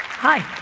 hi.